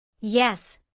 Yes